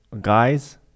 guys